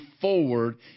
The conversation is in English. forward